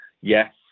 Yes